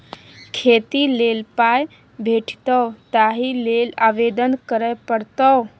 खेती लेल पाय भेटितौ ताहि लेल आवेदन करय पड़तौ